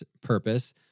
purpose